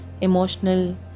emotional